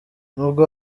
n’ubwo